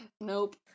Nope